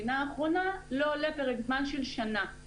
הבחינה האחרונה לא עולה פרק זמן של שנה.